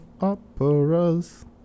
operas